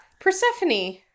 Persephone